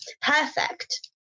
perfect